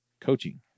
coaching